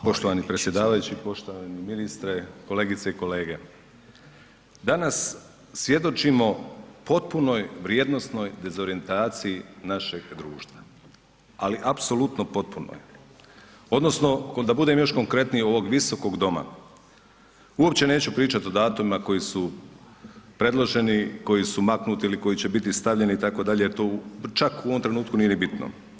Poštovani predsjedavajući, poštovani ministre, kolegice i kolege, danas svjedočimo potpunoj vrijednosnoj dezorjentaciji našeg društva, ali apsolutno potpunoj odnosno da budem još konkretniji ovog visokog doma, uopće neću pričat o datumima koji su predloženi, koji su maknuti ili koji će biti stavljeni itd. jer to u, čak u ovom trenutku nije ni bitno.